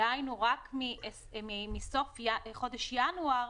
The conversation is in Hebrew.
דהיינו רק מסוף חודש ינואר,